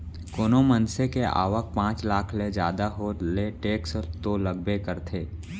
कोनो मनसे के आवक पॉच लाख ले जादा हो ले टेक्स तो लगबे करथे